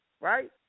right